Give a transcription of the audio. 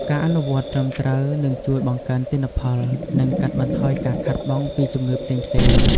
ការអនុវត្តន៍ត្រឹមត្រូវនឹងជួយបង្កើនទិន្នផល និងកាត់បន្ថយការខាតបង់ពីជំងឺផ្សេងៗ។